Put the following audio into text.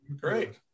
great